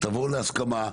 תבואו להסכמה.